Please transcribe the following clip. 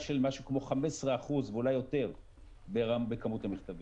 של משהו כמו 15% ואולי יותר בכמות המכתבים.